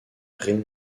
rhin